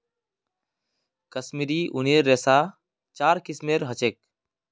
कश्मीरी ऊनेर रेशा चार किस्मेर ह छे